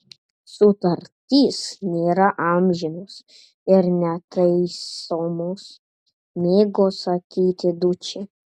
sutartys nėra amžinos ir netaisomos mėgo sakyti dučė